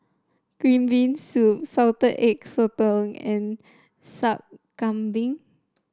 Green Bean Soup Salted Egg Sotong and Sup Kambing